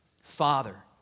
Father